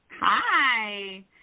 Hi